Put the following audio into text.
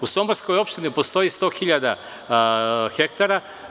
U Somborskoj opštini postoji sto hiljada hektara.